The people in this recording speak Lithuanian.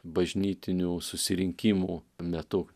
bažnytinių susirinkimų metu